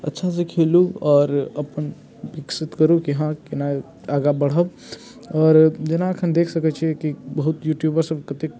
अच्छासँ खेलू आओर अपन विकसित करू कि हँ केना आगाँ बढ़ब आओर जेना एखन देख सकैत छी कि बहुत यूट्यूबरसभ कतेक